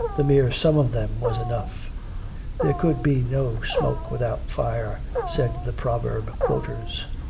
the mere sum of them was enough there could be no smoke without fire, said the proverb-quoters.